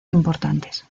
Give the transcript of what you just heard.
importantes